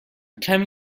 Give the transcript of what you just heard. کمی